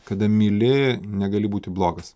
kada myli negali būti blogas